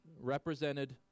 represented